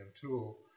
Tool